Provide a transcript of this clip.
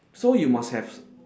so you must have